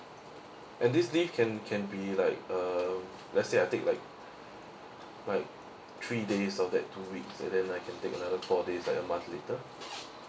and these leave can can be like uh let's say I take like like three days of that two weeks and then I can take another four days like a month later